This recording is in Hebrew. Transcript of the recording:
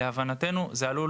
להבנתנו זה עלול